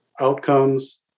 outcomes